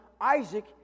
Isaac